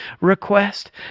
request